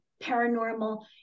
paranormal